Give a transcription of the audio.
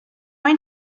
mind